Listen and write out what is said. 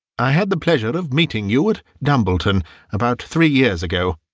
i had the pleasure of meeting you at dumbleton about three years ago.